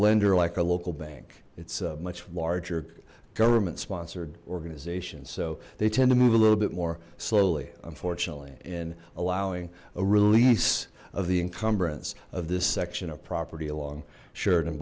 lender like a local bank it's a much larger government sponsored organization so they tend to move a little bit more slowly unfortunately in allowing a release of the encumbrance of this section of property along sh